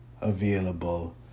available